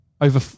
over